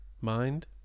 mind